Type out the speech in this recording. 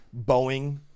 Boeing